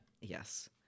Yes